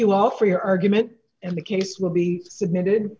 you all for your argument and the case will be submitted